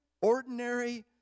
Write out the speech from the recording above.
ordinary